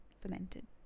fermented